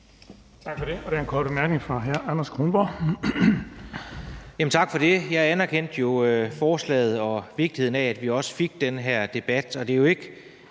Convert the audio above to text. Tak for det. Der er en kort bemærkning fra hr. Anders Kronborg. Kl. 11:17 Anders Kronborg (S): Tak for det. Jeg anerkendte jo forslaget og vigtigheden af, at vi også fik den her debat, og det er ikke